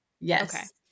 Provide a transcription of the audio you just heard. Yes